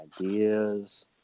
ideas